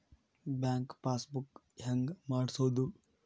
Bank passbook ಹೆಂಗ್ ಮಾಡ್ಸೋದು?